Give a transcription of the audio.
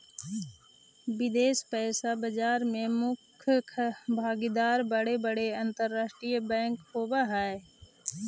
विदेश पइसा बाजार में मुख्य भागीदार बड़े बड़े अंतरराष्ट्रीय बैंक होवऽ हई